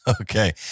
Okay